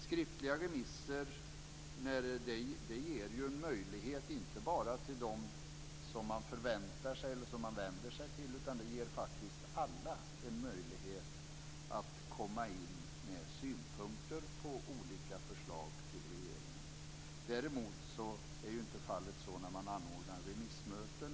Skriftliga remisser ger en möjlighet inte bara för dem man vänder sig till utan faktiskt för alla att komma in med synpunkter på olika förslag till regeringen. Däremot är ju inte fallet så när man anordnar remissmöten.